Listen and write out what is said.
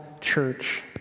church